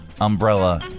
umbrella